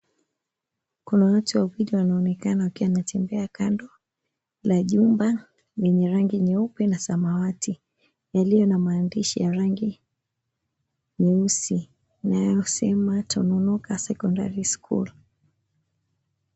Kuna watu wawili wanaonekana wakiwa wanatembea kando la jumba lenye rangi nyeupe na samawati yalio na maandishi ya rangi nyeusi yanayosema TONONOKA SECONDARY SCHOOL.